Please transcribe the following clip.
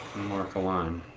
mark a line.